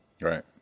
Right